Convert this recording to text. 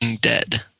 dead